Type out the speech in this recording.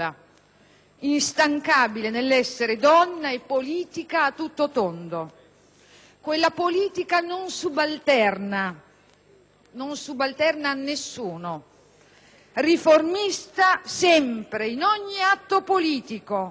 instancabile nell'essere donna e politica a tutto tondo. Quella politica non subalterna a nessuno, riformista sempre, in ogni atto politico,